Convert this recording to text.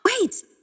Wait